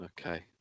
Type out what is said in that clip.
Okay